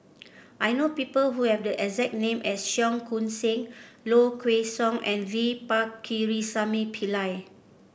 I know people who have the exact name as Cheong Koon Seng Low Kway Song and V Pakirisamy Pillai